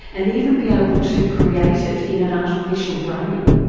and even be able to create it in an artificial brain?